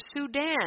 Sudan